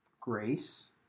Grace